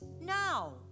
now